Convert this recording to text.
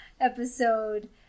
episode